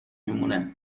میمونه